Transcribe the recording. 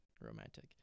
romantic